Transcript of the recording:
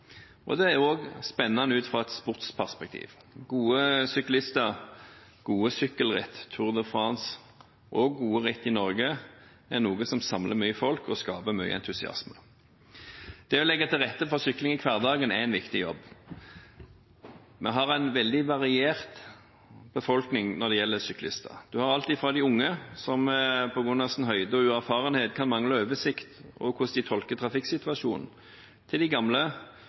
Og det er også spennende ut fra et sportsperspektiv: Gode syklister, gode sykkelritt, Tour de France og gode ritt i Norge er noe som samler mange folk og skaper mye entusiasme. Det å legge til rette for sykling i hverdagen er en viktig jobb. Vi har en veldig variert befolkning når det gjelder syklister. Vi har alt fra de unge, som på grunn av sin høyde og uerfarenhet kan mangle oversikt over hvordan de tolker trafikksituasjonen, til de gamle,